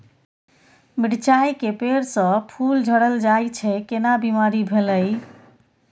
मिर्चाय के पेड़ स फूल झरल जाय छै केना बीमारी भेलई?